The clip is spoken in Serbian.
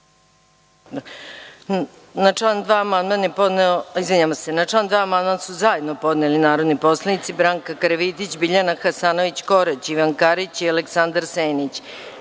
i član 5. amandman su zajedno podneli narodni poslanici: Branka Karavidić, Biljana Hasanović Korać, Ivan Karić i Aleksandar